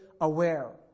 aware